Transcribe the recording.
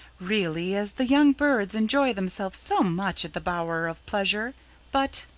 really, as the young birds enjoy themselves so much at the bower of pleasure but,